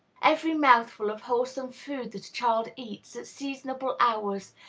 every mouthful of wholesome food that a child eats, at seasonable hours,